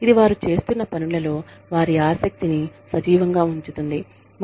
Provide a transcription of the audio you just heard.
ఇది వారు చేస్తున్న పనులలో వారి ఆసక్తిని సజీవంగా ఉంచుతుంది